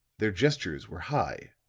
their gestures were high,